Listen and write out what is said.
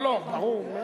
לא לא, ברור.